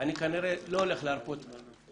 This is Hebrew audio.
שאני כנראה לא הולך להרפות מהנושא.